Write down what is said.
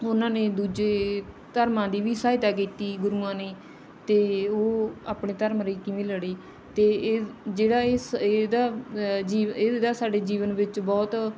ਉਹਨਾਂ ਨੇ ਦੂਜੇ ਧਰਮਾਂ ਦੀ ਵੀ ਸਹਾਇਤਾ ਕੀਤੀ ਗੁਰੂਆਂ ਨੇ ਅਤੇ ਉਹ ਆਪਣੇ ਧਰਮ ਲਈ ਕਿਵੇਂ ਲੜੇ ਅਤੇ ਇਹ ਜਿਹੜਾ ਇਸ ਇਹਦਾ ਜੀਵ ਇਹਦਾ ਸਾਡੇ ਜੀਵਨ ਵਿੱਚ ਬਹੁਤ